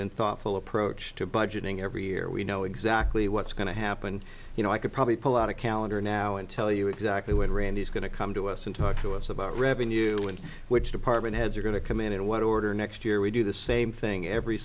and thoughtful approach to budgeting every year we know exactly what's going to happen you know i could probably pull out a calendar now and tell you exactly when randy going to come to us and talk to us about revenue and which department heads are going to come in in what order next year we do the same thing every